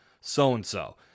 so-and-so